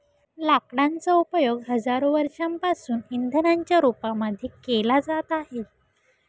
लाकडांचा उपयोग हजारो वर्षांपासून इंधनाच्या रूपामध्ये केला जात आहे